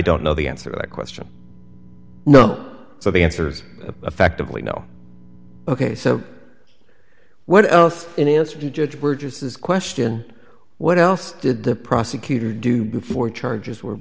don't know the answer to that question no so the answer's effectively no ok so what else in answer to judge were just as question what else did the prosecutor do before charges were